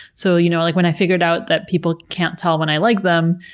so, you know like when i figured out that people can't tell when i like them,